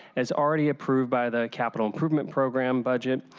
as already approved by the capital improvement program budget.